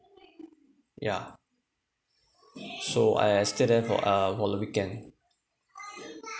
yeah so I stayed in uh for whole of the weekend